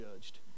judged